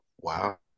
Wow